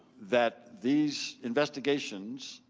that these investigations